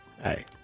hey